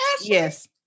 Yes